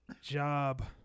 job